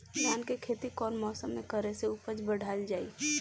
धान के खेती कौन मौसम में करे से उपज बढ़ाईल जाई?